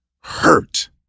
hurt